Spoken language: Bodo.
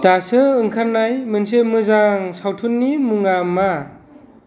दासो ओंखारनाय मोनसे मोजां सावथुननि मुङा मा